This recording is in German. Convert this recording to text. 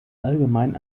allgemein